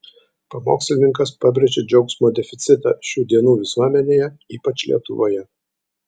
pamokslininkas pabrėžė džiaugsmo deficitą šių dienų visuomenėje ypač lietuvoje